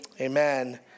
amen